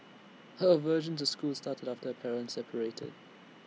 her aversion to school started after her parents separated